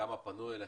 כמה פנו אליכם,